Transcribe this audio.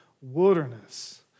wilderness